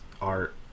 art